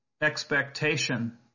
expectation